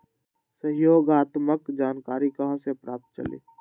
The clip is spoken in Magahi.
सहयोगात्मक जानकारी कहा से पता चली?